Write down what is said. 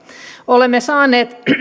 olemme saaneet